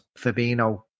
Fabinho